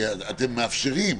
כי אתם מאפשרים,